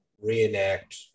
reenact